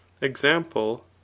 example